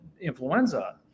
influenza